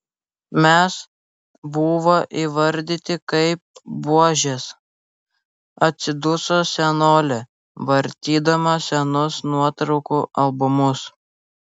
mes buvo įvardyti kaip buožės atsiduso senolė vartydama senus nuotraukų albumus